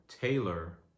Taylor